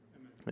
Amen